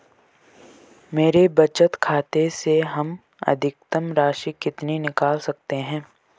मेरे बचत खाते से हम अधिकतम राशि कितनी निकाल सकते हैं?